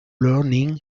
learning